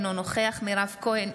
אינו נוכח מירב כהן,